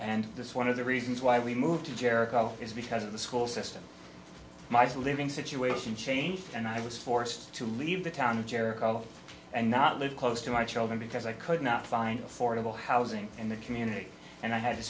and this one of the reasons why we moved to jericho is because of the school system mice living situation changed and i was forced to leave the town of jericho and not live close to my children because i could not find affordable housing in the community and i had